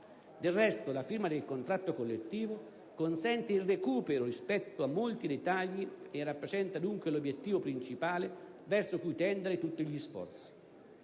Del resto, la firma del contratto collettivo consente il recupero rispetto a molti dei tagli e rappresenta dunque l'obiettivo principale verso cui tendere tutti gli sforzi.